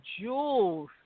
jewels